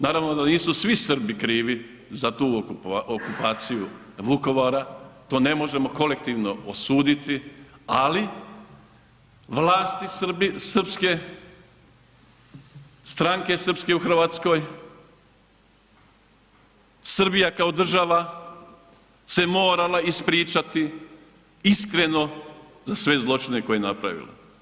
Naravno da nisu svi Srbi krivi za tu okupaciju Vukovara, to ne možemo kolektivno osuditi, ali vlasti srpske, stranke srpske u Hrvatskoj, Srbija kao država se morala ispričati iskreno za sve zločine koje je napravila.